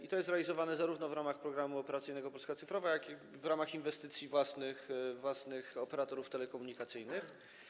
Jest to realizowane zarówno w ramach Programu Operacyjnego „Polska cyfrowa”, jak i w ramach inwestycji własnych operatorów telekomunikacyjnych.